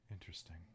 interesting